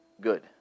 Good